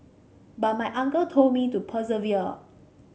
but my uncle told me to persevere